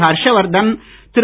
Harshvardhan Thiru